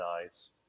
nice